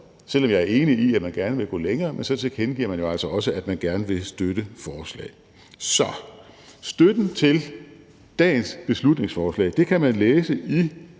selv om jeg er enig i, at man gerne vil gå længere – at man gerne vil støtte forslaget. Så støtten til dagens beslutningsforsalg kan man læse i